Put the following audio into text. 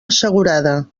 assegurada